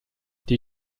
die